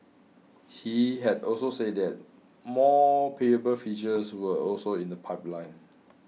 he had also said that more payable features were also in the pipeline